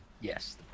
Yes